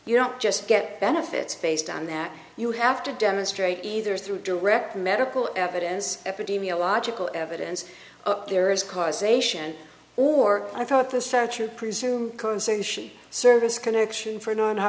you don't just get benefits based on that you have to demonstrate either through direct medical evidence epidemiological evidence there is causation or i thought the search or presumed conservation service connection for non ho